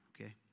okay